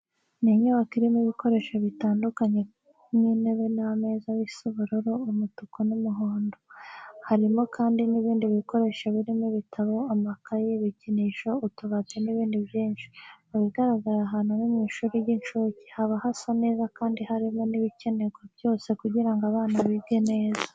Ni inyubako irimo ibikoresho bitandukanye nk'intebe n'ameza bisa ubururu, umutuku n'umuhondo. Harimo kandi n'ibindi bikoresho birimo ibitabo, amakayi, ibikinisho, utubati n'ibindi byinshi. Mu bigaragara aha ni mu ishuri ry'incuke, haba hasa neza kandi harimo n'ibikenerwa byose kugira ngo abana bige neza.